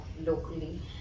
locally